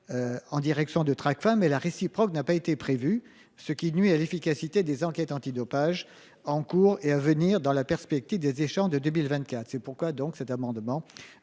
informations à Tracfin, la réciproque n'a pas été prévue, ce qui nuit à l'efficacité des enquêtes antidopage en cours et à venir dans la perspective de 2024. C'est pourquoi cet amendement